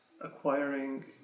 acquiring